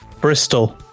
Bristol